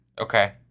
Okay